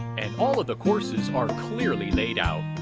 and all of the courses are clearly laid out.